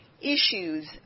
issues